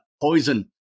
Poison